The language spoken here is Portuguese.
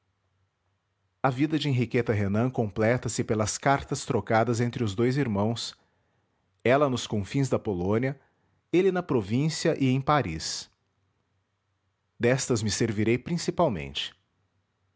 a vida de henriqueta renan completa-se pelas cartas trocadas entre os dois irmãos ela nos confins da polônia ele na província e em paris destas me servirei principalmente